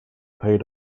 paid